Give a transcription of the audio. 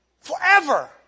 forever